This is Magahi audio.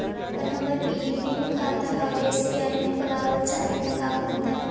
अगर हमर पी.एन.बी मे खाता है और एस.बी.आई में खोलाबल चाह महिना त का खुलतै?